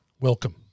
welcome